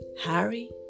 Harry